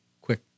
quick